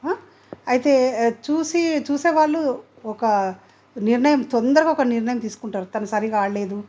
అయితే చూసి చూసేవాళ్ళు ఒక నిర్ణయం తొందరగా ఒక నిర్ణయం తీసుకుంటారు తను సరిగ్గా ఆడలేదు